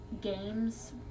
games